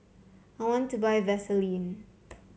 I want to buy Vaselin